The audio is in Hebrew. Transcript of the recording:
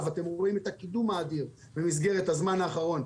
ואתם רואים את הקידום האדיר במסגרת הזמן האחרון,